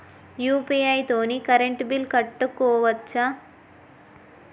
UPI తోని current bill కట్టుకోవచ్ఛా?